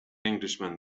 englishman